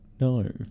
No